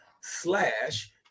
slash